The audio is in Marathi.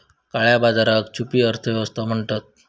काळया बाजाराक छुपी अर्थ व्यवस्था म्हणतत